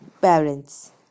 parents